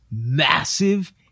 massive